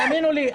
תאמינו לי,